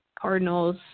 Cardinals